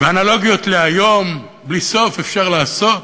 ואנלוגיות להיום בלי סוף אפשר לעשות.